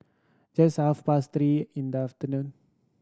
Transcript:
just half past three in the afternoon